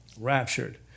raptured